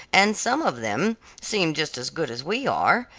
and some of them seem just as good as we are,